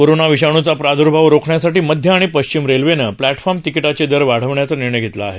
corona विषाणूचा प्रादुर्भाव रोखण्यासाठी मध्य आणि पश्चिम रेल्वेने प्लॅटफॉर्म तिकीटाचे दर वाढविण्याचा निर्णय घेतला आहे